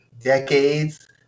decades